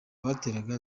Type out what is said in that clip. bateraga